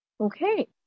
okay